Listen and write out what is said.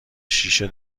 شیشه